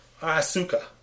Asuka